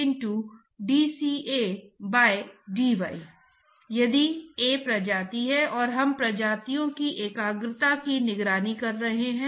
यहाँ विशेषता लंबाई पैमाना वह लंबाई है जिस तक प्लेट के अग्रणी किनारे हैं